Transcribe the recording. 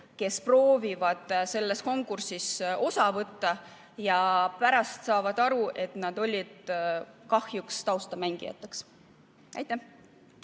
kes proovivad sellest konkursist osa võtta ja pärast saavad aru, et nad olid kahjuks taustamängijaks. Jüri